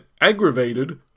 aggravated